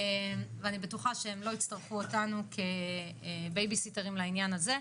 ואני בטוחה שהם לא יצטרכו אותם כבייביסיטרים לעניין הזה.